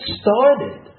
started